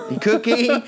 Cookie